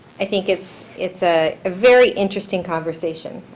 i think it's it's ah a very interesting conversation.